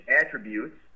attributes